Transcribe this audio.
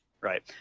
right